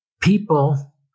people